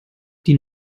die